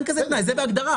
אין כזה תנאי, זה בהגדרה.